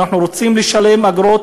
אנחנו רוצים לשלם אגרות,